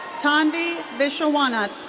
tanvi vishwanath.